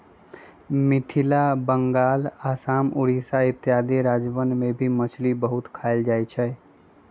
मिथिला बंगाल आसाम उड़ीसा इत्यादि राज्यवन में भी मछली बहुत खाल जाहई